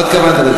לא התכוונת לזה.